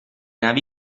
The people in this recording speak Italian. navi